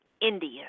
India